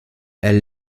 elle